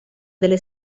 delle